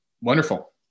wonderful